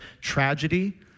tragedy